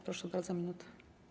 Proszę bardzo, minuta.